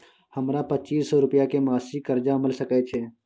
हमरा पच्चीस सौ रुपिया के मासिक कर्जा मिल सकै छै?